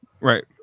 Right